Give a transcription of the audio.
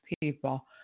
people